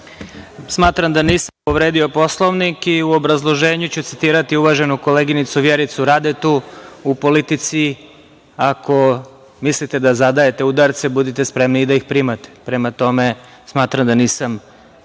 Hvala. Smatram da nisam povredio Poslovnik i u obrazloženju ću citirati uvaženu koleginicu Vjericu Radetu - u politici ako mislite da zadajete udarce, budite spremni i da ih primate. Prema tome, smatram da nisam